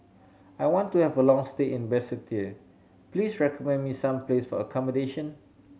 I want to have a long stay in Basseterre please recommend me some place for accommodation